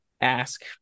ask